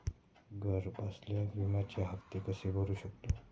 घरबसल्या विम्याचे हफ्ते कसे भरू शकतो?